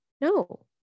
No